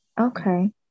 okay